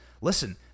listen